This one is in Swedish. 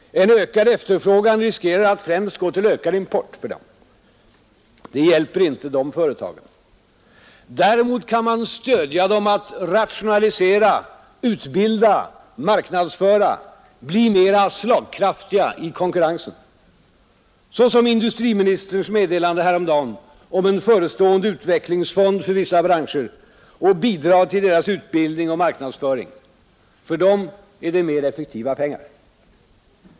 En ökad efterfrågan riskerar att främst gå till ökad import. Det hjälper inte dessa företag. Däremot kan man stödja dem att rationalisera, utbilda, marknadsföra, bli mera slagkraftiga i konkurrensen, så som genom industriministerns meddelande häromdagen om en förestående utvecklingsfond för vissa branscher och bidrag till deras utbildning och marknadsföring. För dem är det mer effektiva pengar.